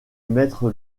mettre